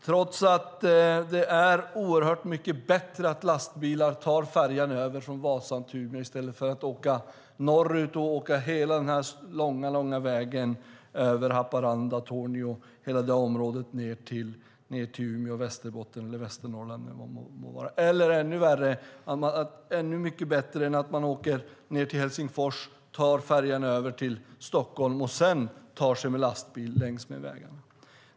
Trots att det är oerhört mycket bättre att lastbilar tar färjan över från Vasa till Umeå i stället för att åka norrut hela den långa vägen över Haparanda och Torneå och ned till Umeå och Västerbotten och Västernorrland. Det är också mycket bättre än att man åker ned till Helsingfors och tar färjan över till Stockholm och sedan tar sig med lastbil längs med vägarna.